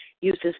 uses